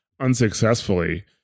unsuccessfully